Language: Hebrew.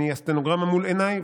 הסטנוגרמה מול עיניי,